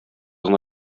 гына